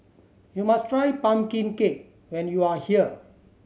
you must try pumpkin cake when you are here